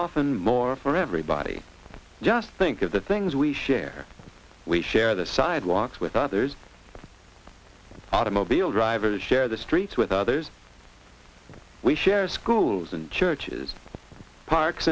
often more for everybody just think of the things we share we share the sidewalks with others automobile drivers share the streets with others we share schools and churches parks